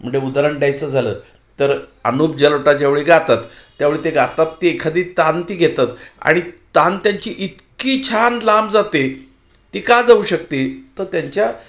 म्हणजे उदाहरण द्यायचं झालं तर अनूप जलोटा ज्यावेळी गातात त्यावेळी ते गातात ते ती एखादी तान ती घेतात आणि तान त्यांची इतकी छान लांब जाते ती का जाऊ शकते तर त्यांच्या